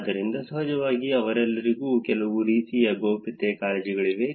ಆದ್ದರಿಂದ ಸಹಜವಾಗಿ ಅವರೆಲ್ಲರಿಗೂ ಕೆಲವು ರೀತಿಯ ಗೌಪ್ಯತೆ ಕಾಳಜಿಗಳಿವೆ